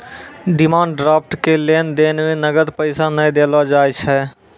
demand draft के लेन देन मे नगद पैसा नै देलो जाय छै